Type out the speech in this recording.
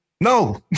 No